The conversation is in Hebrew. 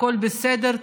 הכול בסדר,